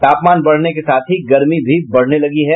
तापमान बढ़ने के साथ ही गर्मी भी बढ़ने लगी है